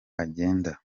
agenda